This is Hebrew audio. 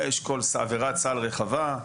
יש עבירת סל רחבה.